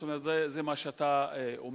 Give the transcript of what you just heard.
זאת אומרת, זה מה שאתה אומר.